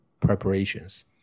preparations